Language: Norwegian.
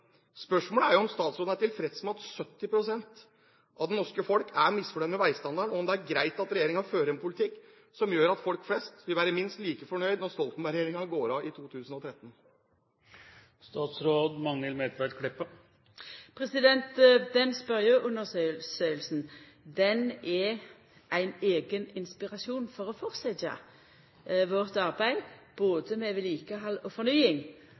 Spørsmålet er jo om statsråden er tilfreds med at 70 pst. av det norske folk er misfornøyd med veistandarden, og om det er greit at regjeringen fører en politikk som gjør at folk flest vil være minst like fornøyd når Stoltenberg-regjeringen går av i 2013. Den spørjeundersøkinga er ein eigen inspirasjon for å fortsetja med arbeidet vårt, både med vedlikehald og fornying